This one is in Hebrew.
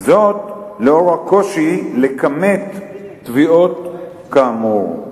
זאת לאור הקושי לכמת תביעות כאמור,